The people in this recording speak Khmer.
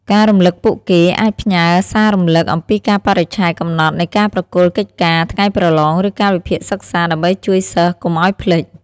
ការរំលឹកពួកគេអាចផ្ញើរ សាររំលឹក អំពីកាលបរិច្ឆេទកំណត់នៃការប្រគល់កិច្ចការ ថ្ងៃប្រឡង ឬកាលវិភាគសិក្សា ដើម្បីជួយសិស្សកុំឲ្យភ្លេច។